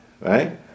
Right